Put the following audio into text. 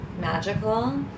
magical